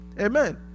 Amen